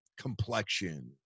complexion